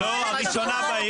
רון.